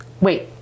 wait